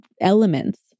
elements